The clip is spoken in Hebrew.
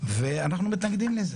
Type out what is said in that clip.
ואנחנו מתנגדים לזה.